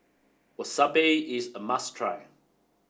wasabi is a must try